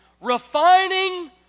refining